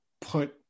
put